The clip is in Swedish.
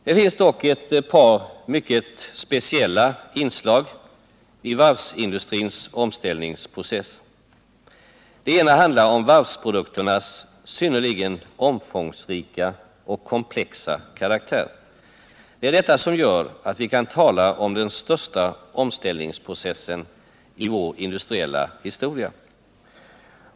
Det finns dock ett par mycket speciella inslag i varvsindustrins omställningsprocess. Det ena handlar om varvsprodukternas synnerligen omfångsrika och komplexa karaktär. Det är detta som gör att vi kan tala om den största omställningsprocessen i vår industriella historia.